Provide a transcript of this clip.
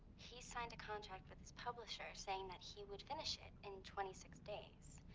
he signed a contract with his publisher saying that he would finish it in twenty six days.